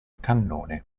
cannone